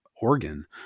organ